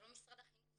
זה לא משרד החינוך,